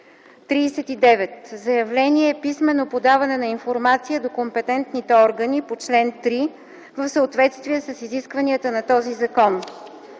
39. „Заявление” е писмено подаване на информация до компетентните органи по чл. 3 в съответствие с изискванията на този закон;